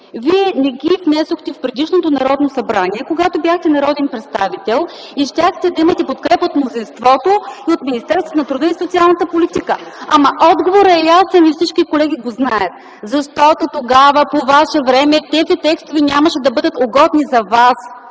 защо не ги внесохте в предишното Народно събрание, когато бяхте народен представител, и щяхте да имате подкрепа от мнозинството и Министерство на труда и социалната политика? А отговорът е ясен и всички колеги го знаят: защото тогава, по ваше време, тези текстове нямаше да бъдат угодни за Вас.